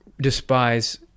despise